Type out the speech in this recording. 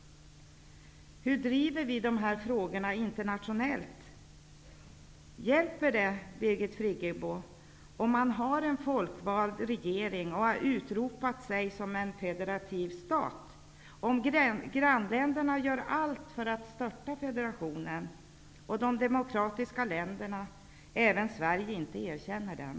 Hur driver vi dessa frågor internationellt? Hjäl per det, Birgit Friggebo, om man har en folkvald regering och har utropat sig som en federativ stat, om grannländerna gör allt för att störta federatio nen och de demokratiska länderna, även Sverige, inte erkänner staten?